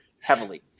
heavily